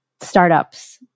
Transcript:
startups